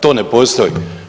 To ne postoji.